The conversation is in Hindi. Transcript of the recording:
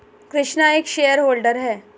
कृष्णा एक शेयर होल्डर है